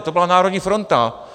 To byla Národní fronta.